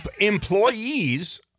Employees